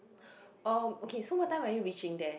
oh okay so what time are you reaching there